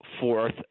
fourth